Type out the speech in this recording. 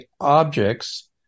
objects